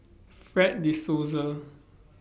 Fred De Souza